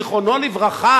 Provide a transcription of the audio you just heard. זיכרונו לברכה,